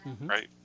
Right